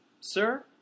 sir